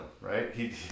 right